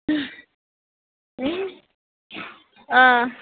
ओइ